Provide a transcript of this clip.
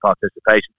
participation